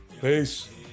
Peace